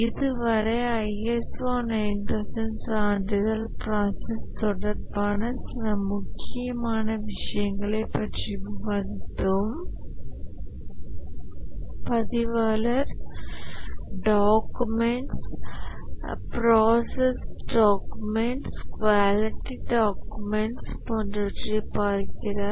இதுவரை ISO 9000 சான்றிதழ் process தொடர்பான சில முக்கியமான விஷயங்களைப் பற்றி விவாதித்தோம் பதிவாளர் documents process documents quality document போன்றவற்றைப் பார்க்கிறார்